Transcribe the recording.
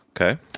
Okay